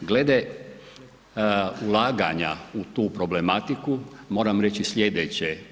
Glede ulaganja u tu problematiku moram reći slijedeće.